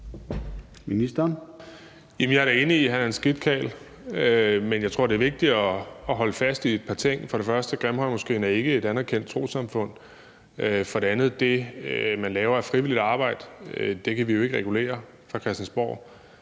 Jamen jeg er da enig i, at han er en skidt karl, men jeg tror, at det er vigtigt at holde fast i et par ting. For det første er Grimhøjmoskeen ikke et anerkendt trossamfund. For det andet kan vi jo ikke fra Christiansborg